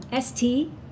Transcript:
ST